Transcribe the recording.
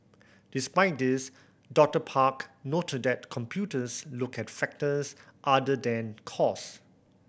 despite this Doctor Park noted that computers look at factors other than cost